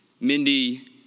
Mindy